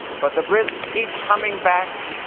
but the brits keep coming back